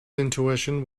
intuition